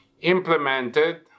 implemented